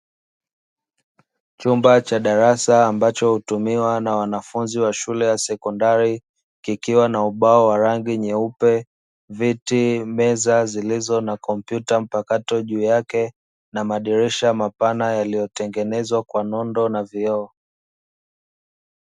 Chumba cha darasa ambacho hutumiwa na wanafunzi wa shule ya sekondari kikiwa na ubao wa rangi nyeupe viti, meza zilizo na kompyuta mpakato juu yake na madirisha mapana yaliyotengenezwa kwa nondo na vioo.